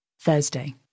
Thursday